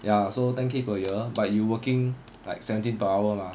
ya so ten K per year but you working like seventeen per hour mah